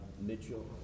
Mitchell